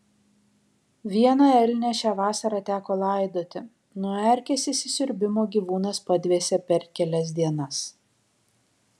vieną elnią šią vasarą teko laidoti nuo erkės įsisiurbimo gyvūnas padvėsė per kelias dienas